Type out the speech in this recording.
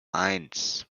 eins